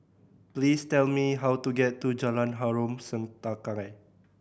please tell me how to get to Jalan Harom Setangkai